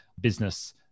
business